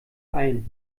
ein